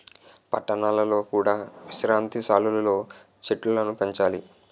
పట్టణాలలో కూడా విశ్రాంతి సాలలు లో చెట్టులను పెంచాలి